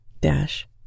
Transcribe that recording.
dash